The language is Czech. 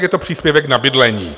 Je to příspěvek na bydlení.